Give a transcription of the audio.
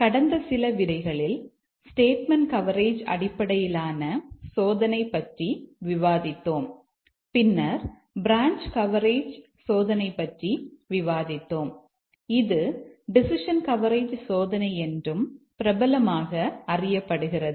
கடந்த சில விரிவுரைகளில் ஸ்டேட்மெண்ட் கவரேஜ் அடிப்படையிலான சோதனை பற்றி விவாதித்தோம் பின்னர் பிரான்ச் கவரேஜ் சோதனை பற்றி விவாதித்தோம் இது டெசிஷன் கவரேஜ் சோதனை என்றும் பிரபலமாக அறியப்படுகிறது